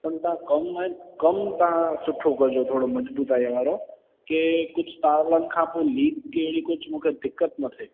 पन तव्हां कमु आहे कमु तव्हां सुठो कजो थोरो मजबूताई वारो की कुझु सालनि खां पोइ लीक एॾी कुझु मूंखे दिक़त न थिए